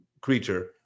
creature